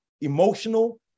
emotional